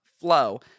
Flow